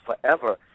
forever